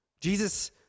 Jesus